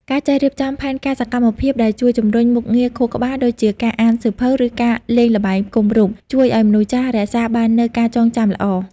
ការចេះរៀបចំផែនការសកម្មភាពដែលជួយជំរុញមុខងារខួរក្បាល ដូចជាការអានសៀវភៅ ឬការលេងល្បែងផ្គុំរូប ជួយឱ្យមនុស្សចាស់រក្សាបាននូវការចងចាំល្អ។